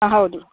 ಹಾಂ ಹೌದು